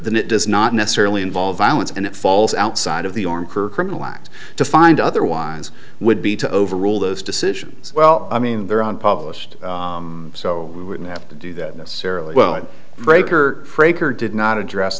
that it does not necessarily involve violence and it falls outside of the arm her criminal act to find otherwise would be to overrule those decisions well i mean they're on published so we wouldn't have to do that this fairly well breaker craker did not address